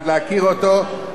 לא להפריע, חבר הכנסת כץ.